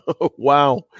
wow